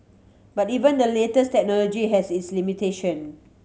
but even the latest technology has its limitation